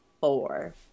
four